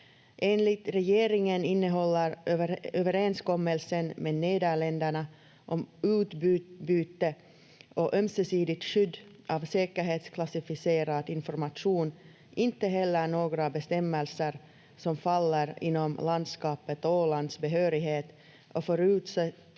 Enligt regeringen innehåller överenskommelsen med Nederländerna om utbyte och ömsesidigt skydd av säkerhetsklassificerad information inte heller några bestämmelser som faller inom landskapet Ålands behörighet och förutsätter